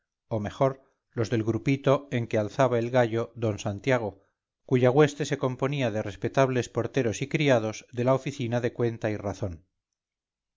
o mejor los del grupito en que alzaba el gallo d santiago cuya hueste se componía de respetables porteros y criados de la oficina de cuenta y razón